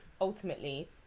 ultimately